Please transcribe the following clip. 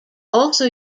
also